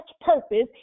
purpose